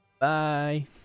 bye